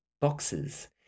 boxes